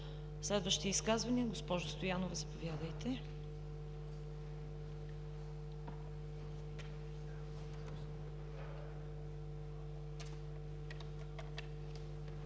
Следващи изказвания? Госпожо Стоянова, заповядайте.